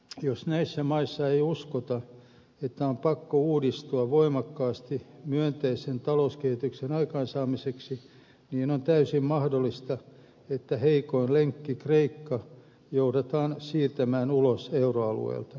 jos näissä maissa ei uskota että on pakko uudistua voimakkaasti myönteisen talouskehityksen aikaansaamiseksi on täysin mahdollista että heikoin lenkki kreikka joudutaan siirtämään ulos euroalueelta